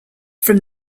from